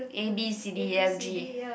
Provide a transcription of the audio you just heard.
A B C D E F G